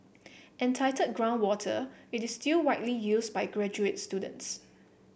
entitled Groundwater it is still widely used by graduate students